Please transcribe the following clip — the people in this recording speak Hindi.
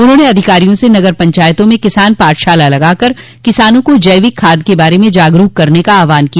उन्होंने अधिकारियों से नगर पंचायतों में किसान पाठशाला लगाकर किसानों को जैविक खाद के बारे में जागरूक करने का आहवान किया